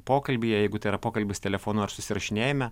pokalbyje jeigu tai yra pokalbis telefonu ar susirašinėjime